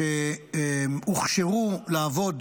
שהוכשרו לעבוד